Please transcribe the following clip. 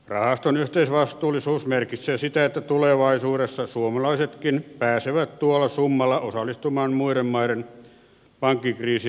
rahaston yhteisvastuullisuus merkitsee sitä että tulevaisuudessa suomalaisetkin pääsevät tuolla summalla osallistumaan muiden maiden pankkikriisien kustannuksiin